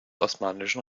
osmanischen